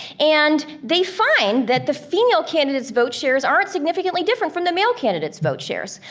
and they find that the female candidates vote shares aren't significantly different from the male candidates vote shares.